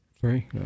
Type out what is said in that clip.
three